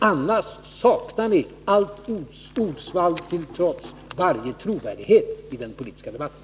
Annars saknar ni — allt ordsvall till trots — varje trovärdighet i den politiska debatten.